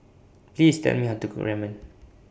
Please Tell Me How to Cook Ramen